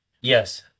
yes